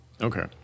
Okay